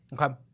Okay